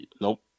Nope